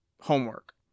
homework